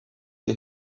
que